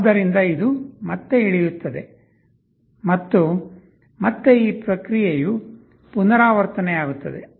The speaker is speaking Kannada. ಆದ್ದರಿಂದ ಇದು ಮತ್ತೆ ಇಳಿಯುತ್ತದೆ ಮತ್ತು ಮತ್ತೆ ಈ ಪ್ರಕ್ರಿಯೆಯು ಪುನರಾವರ್ತನೆಯಾಗುತ್ತದೆ